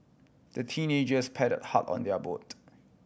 the teenagers paddled hard on their boat